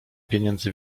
pieniędzy